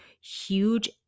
huge